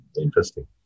Interesting